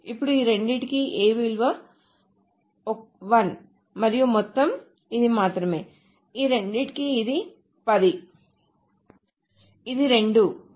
ఇప్పుడు ఈ రెండింటికి A విలువ 1 మరియు మొత్తం ఇది మాత్రమే ఈ రెండింటికి ఇది 10 ఇది రెండు మరియు మొత్తం 13